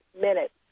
minutes